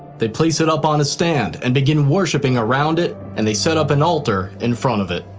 they place it up on a stand and begin worshiping around it and they set up an altar in front of it.